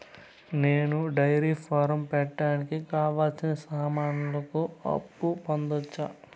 నేను dairy farm పెట్టడానికి కావాల్సిన సామాన్లకు అప్పు పొందొచ్చా?